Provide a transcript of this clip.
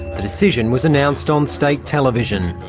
the decision was announced on state television.